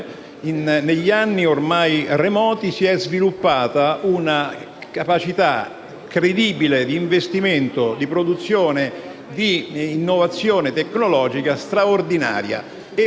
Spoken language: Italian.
negli anni ormai remoti si è sviluppata una capacità credibile di investimento, di produzione e di innovazione tecnologica straordinaria.